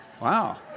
Wow